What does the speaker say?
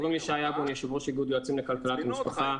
אני יושב ראש איגוד יועצים לכלכלת משפחה.